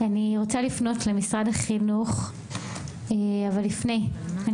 אני רוצה לפנות למשרד החינוך אבל לפני אני